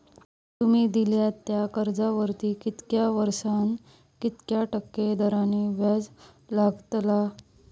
तुमि दिल्यात त्या कर्जावरती कितक्या वर्सानी कितक्या टक्के दराने व्याज लागतला?